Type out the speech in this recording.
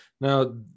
Now